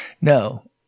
No